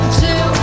two